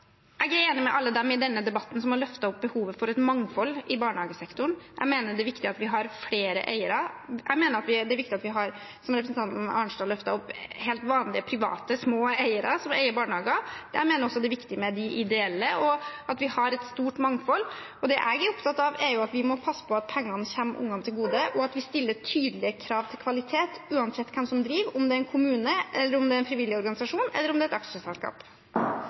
Jeg er enig med alle dem i denne debatten som har løftet opp behovet for et mangfold i barnehagesektoren. Jeg mener det er viktig at vi har flere eiere. Jeg mener det er viktig at vi, som representanten Arnstad løftet opp, har helt vanlige, private, små eiere som eier barnehager. Jeg mener også det er viktig med de ideelle, og at vi har et stort mangfold. Det jeg er opptatt av, er at vi må passe på at pengene kommer barna til gode, og at vi stiller tydelige krav til kvalitet uansett hvem som driver – om det er en kommune, om det er en frivillig organisasjon, eller om det er et aksjeselskap.